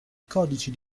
codici